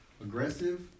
aggressive